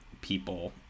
people